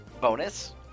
bonus